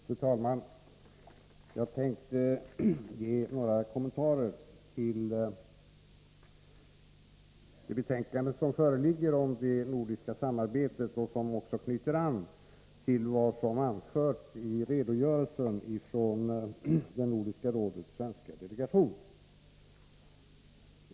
Fru talman! Jag tänkte ge några kommentarer till det betänkande som föreligger om det nordiska samarbetet och som knyter an till vad som har anförts i redogörelsen från Nordiska rådets svenska delegation.